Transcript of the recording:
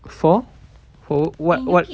for who what what